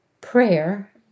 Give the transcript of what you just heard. Prayer